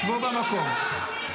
שבו במקום.